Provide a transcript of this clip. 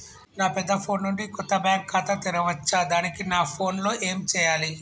నా పెద్ద ఫోన్ నుండి కొత్త బ్యాంక్ ఖాతా తెరవచ్చా? దానికి నా ఫోన్ లో ఏం చేయాలి?